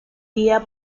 día